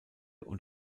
und